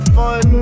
fun